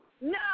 No